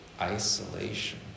isolation